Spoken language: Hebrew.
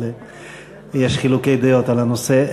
אבל יש חילוקי דעות על הנושא.